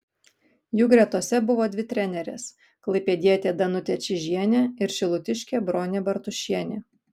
jų gretose buvo dvi trenerės klaipėdietė danutė čyžienė ir šilutiškė bronė bartušienė